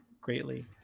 greatly